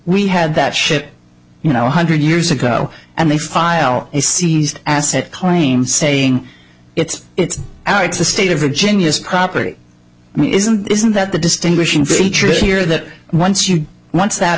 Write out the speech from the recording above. we had that shit you know one hundred years ago and they file a seized asset claim saying it's it's our it's the state of virginia proper it isn't isn't that the distinguishing feature here that once you once that